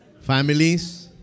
Families